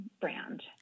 brand